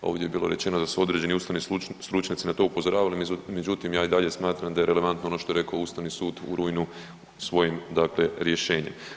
Ovdje je bilo rečeno da su određeni ustavni stručnjaci na to upozoravali, međutim ja i dalje smatram da je relevantno ono što je rekao Ustavni sud u rujnu svojim dakle rješenjem.